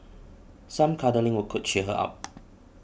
some cuddling will could cheer her up